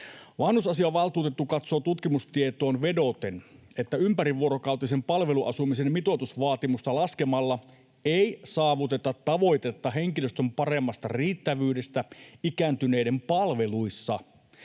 Vanhusasiainvaltuutettu katsoo tutkimustietoon vedoten, että ympärivuorokautisen palveluasumisen mitoitusvaatimusta laskemalla ei saavuteta tavoitetta henkilöstön paremmasta riittävyydestä ikääntyneiden palveluissa.